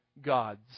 gods